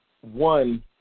one